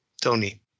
Tony